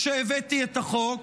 כשהבאתי את החוק,